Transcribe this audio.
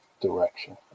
direction